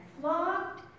flogged